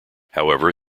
however